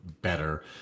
better